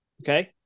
okay